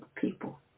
people